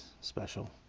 special